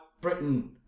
Britain